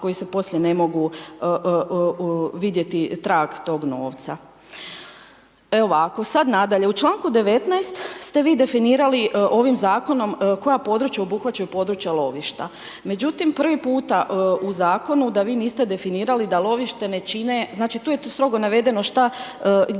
koji se poslije ne mogu vidjeti trag tog novca. E ovako, sad nadalje, u članku 19. ste vi definirali ovim zakonom koja područja obuhvaćaju područja lovišta. Međutim prvi puta u zakonu da vi niste definirali da lovište ne čine, znači tu je strogo navedeno šta,